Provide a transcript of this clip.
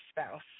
spouse